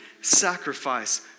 sacrifice